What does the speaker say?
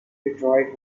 detroit